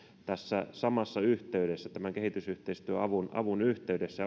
tässä samassa yhteydessä tämän kehitysyhteistyöavun yhteydessä